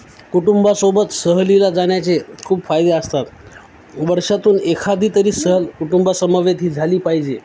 कुटुंबासोबत सहलीला जाण्याचे खूप फायदे असतात वर्षातून एखादी तरी सहल कुटुंबसमवेेत ही झाली पाहिजे